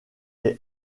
est